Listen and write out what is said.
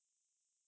okay